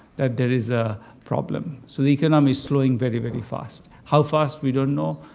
that there is a problem. so the economy is slowing very, very fast. how fast, we don't know,